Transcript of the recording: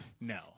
No